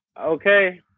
Okay